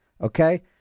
okay